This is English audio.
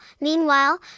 Meanwhile